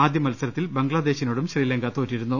ആദ്യമത്സരത്തിൽ ബംഗ്ലാദേശി നോടും ശ്രീലങ്ക തോറ്റിരുന്നു